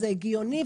זה הגיוני.